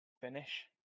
finish